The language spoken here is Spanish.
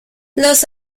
los